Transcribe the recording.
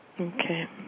Okay